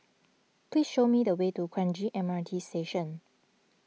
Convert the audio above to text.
please show me the way to Kranji M R T Station